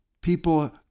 People